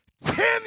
Ten